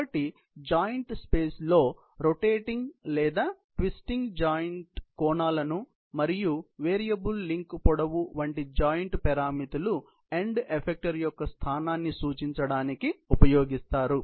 కాబట్టి joint space లో rotating లేదా ట్విస్టింగ్ జాయింట్ కోణాలను మరియు వేరియబుల్ లింక్ పొడవు వంటి జాయింట్ పారామితులను ఎండ్ ఎఫెక్టరు యొక్క స్థానాన్ని సూచించడానికి ఉపయోగిస్తారు